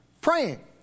praying